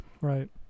Right